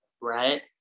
Right